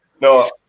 No